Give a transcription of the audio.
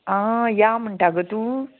आं या म्हणटा गो तूं